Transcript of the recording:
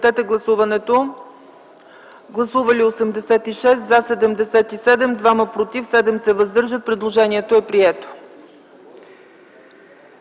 Предложението е прието.